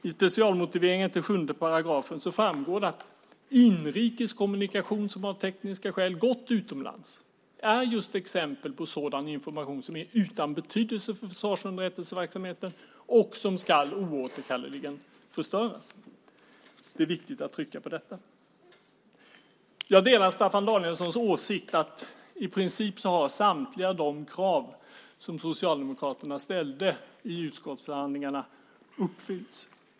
I specialmotiveringen till 7 § framgår det att inrikes kommunikation som av tekniska skäl gått utomlands är exempel på sådan information som är utan betydelse för försvarsunderrättelseverksamheten och oåterkalleligen ska förstöras. Det är viktigt att trycka på detta. Jag delar Staffan Danielssons åsikt att i princip samtliga de krav som Socialdemokraterna ställde i utskottsförhandlingarna har uppfyllts.